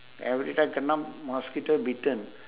every time kena mosquito bitten